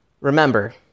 remember